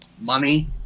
money